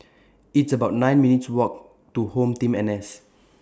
It's about nine minutes' Walk to HomeTeam N S